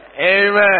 Amen